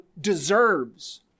deserves